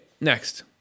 next